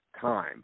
time